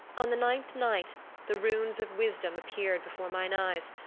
on the ninth night the runes of wisdom appeared before mine eyes,